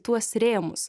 tuos rėmus